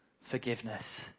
Forgiveness